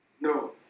No